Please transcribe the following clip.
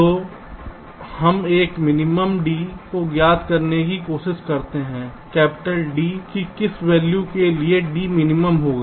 और हम minimum D को ज्ञात करने की कोशिश करते हैं कैपिटल U की किस वैल्यू के लिए D मिनिमम होगा